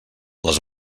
les